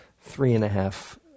three-and-a-half